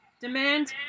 Demand